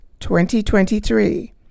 2023